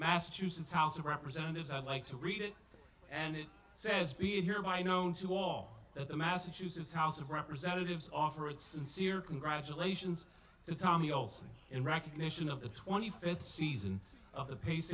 massachusetts house of representatives i'd like to read it and it says be here my known to all the massachusetts house of representatives offered sincere congratulations to tommy olsen in recognition of the twenty fifth season of the peace